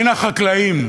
מן החקלאים.